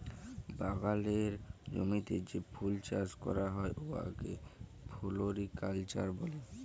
বাগালের জমিতে যে ফুল চাষ ক্যরা হ্যয় উয়াকে ফোলোরিকাল্চার ব্যলে